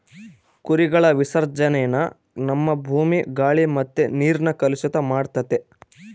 ಕುರಿಗಳ ವಿಸರ್ಜನೇನ ನಮ್ಮ ಭೂಮಿ, ಗಾಳಿ ಮತ್ತೆ ನೀರ್ನ ಕಲುಷಿತ ಮಾಡ್ತತೆ